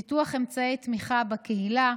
פיתוח אמצעי תמיכה בקהילה,